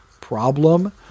problem